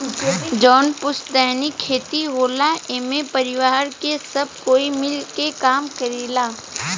जवन पुस्तैनी खेत होला एमे परिवार के सब कोई मिल के काम करेला